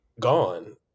Gone